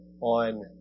on